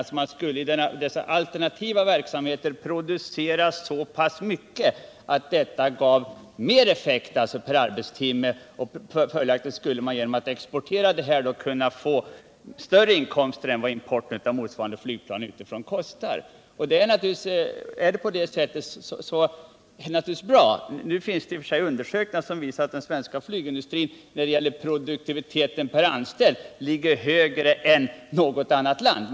Vid de alternativa verksamheterna skulle man således kunna producera så pass mycket att det skulle ge mer per arbetstimme. Följaktligen skulle man genom export från dessa andra industrier kunna få större inkomster än vad importen av motsvarande flygplan kostar. Nu finns det i och för sig undersökningar som visar att den svenska flygindustrin när det gäller produktionsvärdet per anställd ligger högre än flygindustrin i något annat land.